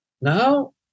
Now